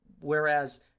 Whereas